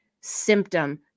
symptom